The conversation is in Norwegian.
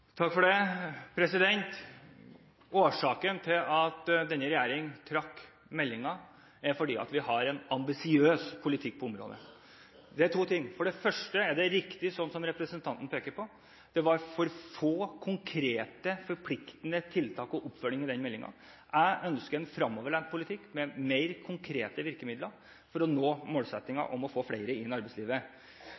Årsaken til at denne regjeringen har trukket meldingen, er at vi har en ambisiøs politikk på området. Det handler om to ting. For det første er det riktig det som representanten peker på: Det var for få konkrete, forpliktende tiltak for å få oppfølging i en slik melding. Jeg ønsker en fremoverlent politikk, med flere konkrete virkemidler for å nå